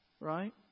Right